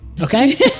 Okay